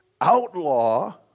outlaw